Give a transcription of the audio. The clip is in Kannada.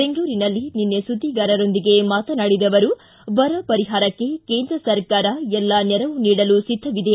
ಬೆಂಗಳೂರಿನಲ್ಲಿ ನಿನ್ನೆ ಸುದ್ವಿಗಾರರೊಂದಿಗೆ ಮಾತನಾಡಿದ ಅವರು ಬರ ಪರಿಹಾರಕ್ಕೆ ಕೇಂದ್ರ ಸರ್ಕಾರ ಎಲ್ಲಾ ನೆರವು ನೀಡಲು ಸಿದ್ದವಿದೆ